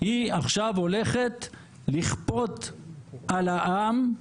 היא עכשיו הולכת לכפות על העם,